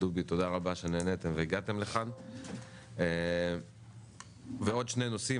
דובי תודה רבה שנעניתם והגעתם לכאן ועוד שני נושאים,